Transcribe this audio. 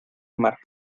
mar